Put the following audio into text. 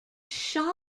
shock